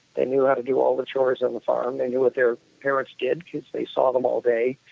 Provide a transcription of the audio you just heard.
they knew how to do all the chores on the farm. they knew what their parents did because they saw them all day,